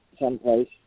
someplace